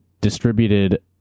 distributed